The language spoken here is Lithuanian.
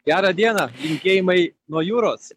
gera diena linkėjimai nuo jūros